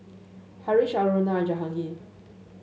Haresh Aruna Jahangir